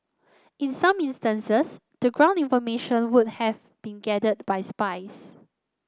in some instances the ground information would have been gathered by spies